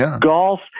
golf